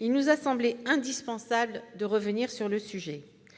il nous a semblé indispensable de revenir sur le sujet.